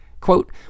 Quote